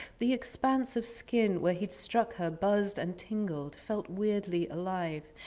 the expanse of skin where he'd struck her buzzed and tingled, felt weirdly alive.